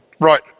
right